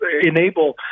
enable